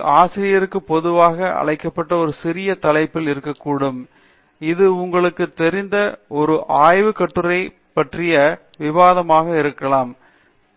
இது ஆசிரியருக்கு பொதுவாக அழைக்கப்பட்ட ஒரு சிறிய தலைப்பில் இருக்கக்கூடும் இது உங்களுக்குத் தெரிந்த ஒரு ஆய்வுக் கட்டுரை பற்றிய விவாதமாக இருக்கலாம்